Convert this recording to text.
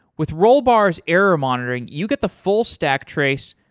with rollbar s error monitoring, you get the full stack trace,